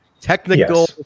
technical